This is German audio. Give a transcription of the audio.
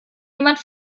jemand